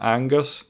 Angus